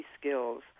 skills